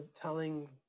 telling